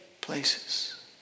places